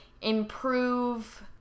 improve